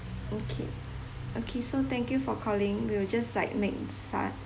okay okay so thank you for calling we will just like make